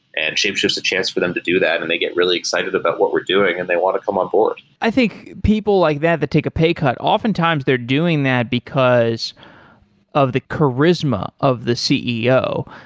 and shapeshift is a chance for them to do that and they get really excited about what we're doing and they want to come onboard i think people like that that take a pay cut, oftentimes they're doing that because of the charisma of the ceo,